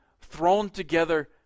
thrown-together